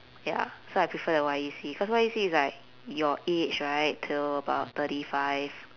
ya so I prefer the Y_E_C because Y_E_C is like your age right till about thirty five